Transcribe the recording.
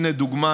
הינה דוגמה,